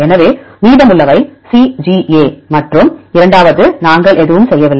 எனவே மீதமுள்ளவை CGA மற்றும் இரண்டாவது நாங்கள் எதுவும் செய்யவில்லை